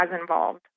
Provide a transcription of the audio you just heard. involved